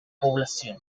población